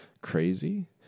crazy